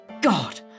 God